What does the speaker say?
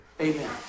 Amen